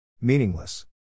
Meaningless